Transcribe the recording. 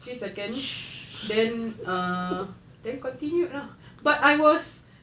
three seconds then err then continue lah but I was